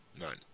none